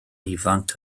ifanc